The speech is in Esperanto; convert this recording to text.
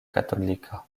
katolika